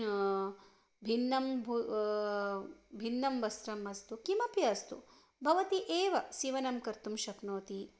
भिन्नं भू भिन्नं वस्त्रम् अस्तु किमपि अस्तु भवति एव सीवनं कर्तुं शक्नोति